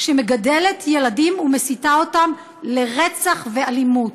שמגדלת ילדים ומסיתה אותם לרצח ואלימות.